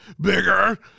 bigger